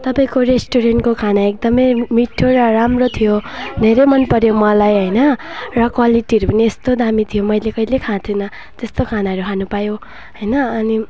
तपाईँको रेस्टुरेन्टको खाना एकदमै मिठो र राम्रो थियो धेरै मन पऱ्यो मलाई होइन र क्वालिटीहरू पनि यस्तो दामी थियो मैले कहिले खाएको थिइनँ त्यस्तो खानाहरू खानु पायो होइन अनि